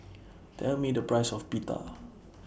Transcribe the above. Tell Me The Price of Pita